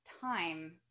time